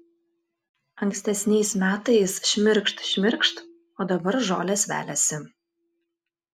ankstesniais metais šmirkšt šmirkšt o dabar žolės veliasi